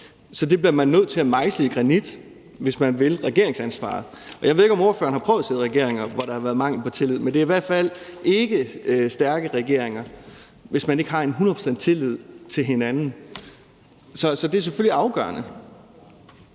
Så det bliver man nødt til at mejsle i granit, hvis man vil regeringsansvaret. Jeg ved ikke, om ordføreren har prøvet at sidde i regeringer, hvor der har været mangel på tillid, men det er i hvert fald ikke stærke regeringer, hvis man ikke har hundrede procent tillid til hinanden. Så det er selvfølgelig afgørende.